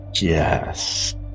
Yes